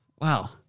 Wow